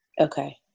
Okay